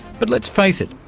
but let's face it,